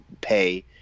pay